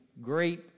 great